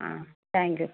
thank யூப்பா